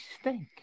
stink